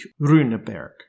Runeberg